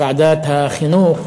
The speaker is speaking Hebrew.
בוועדת החינוך,